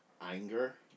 anger